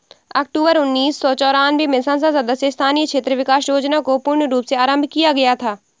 अक्टूबर उन्नीस सौ चौरानवे में संसद सदस्य स्थानीय क्षेत्र विकास योजना को पूर्ण रूप से आरम्भ किया गया था